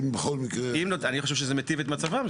אם בכל מקרה --- אני חושב שזה מטיב את מצבם,